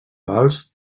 vals